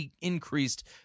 increased